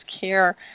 Care